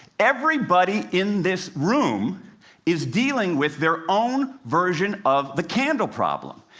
everybody in this room is dealing with their own version of the candle problem.